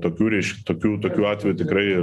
tokių riš tokių tokių atveju tikrai